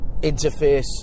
interface